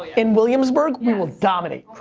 in williamsburg, we will dominate.